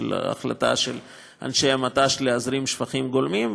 כמו ההחלטה של אנשי המט"ש להזרים שפכים גולמיים,